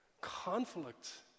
conflict